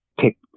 Take